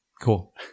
Cool